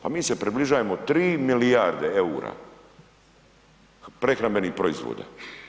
Pa mi se približavamo 3 milijarde eura prehrambenih proizvoda.